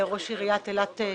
ראש עיריית אילת,